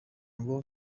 ngo